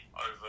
over